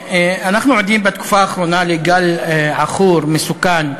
אנחנו עדים בתקופה האחרונה לגל עכור, מסוכן,